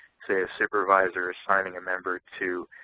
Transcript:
say, a supervisor assigning a member to